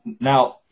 Now